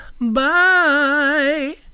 Bye